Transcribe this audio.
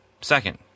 second